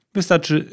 Wystarczy